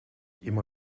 immer